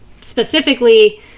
Specifically